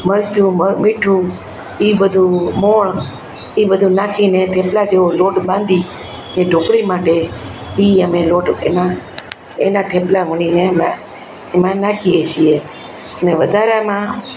મરચું મીઠું એ બધું મોણ એ બધું નાખીને થેપલા જેવો લોટ બાંધી એ ઢોકળી માટે એ અમે લોટ એમાં એના થેપલા વણીને એમાં નાખીએ છીએ અને વધારામાં